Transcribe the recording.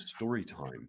Storytime